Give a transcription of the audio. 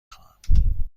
خواهم